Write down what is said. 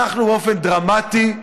אני רוצה לומר לך שאנחנו עשינו צעד דרמטי,